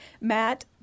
Matt